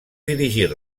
dirigir